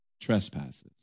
trespasses